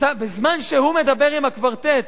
בזמן שהוא מדבר עם הקוורטט,